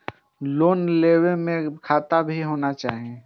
Loan लेबे में खाता भी होना चाहि?